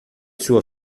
suo